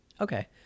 Okay